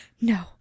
no